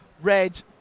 red